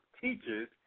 teachers